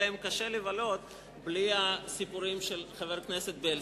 להם קשה לבלות בלי הסיפורים של חבר הכנסת בילסקי.